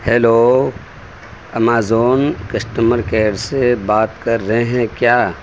hello Amazon customer care سے بات کر رہے ہیں کیا